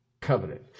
covenant